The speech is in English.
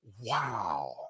wow